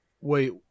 Wait